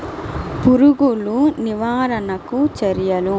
పురుగులు నివారణకు చర్యలు?